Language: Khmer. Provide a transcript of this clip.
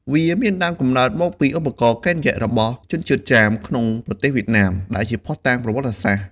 វាមានដើមកំណើតមកពីឧបករណ៍ "កេនយិ" របស់ជនជាតិចាមក្នុងប្រទេសវៀតណាម ដែលជាភស្តុតាងប្រវត្តិសាស្ត្រ។